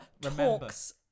talks